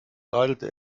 radelte